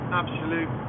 absolute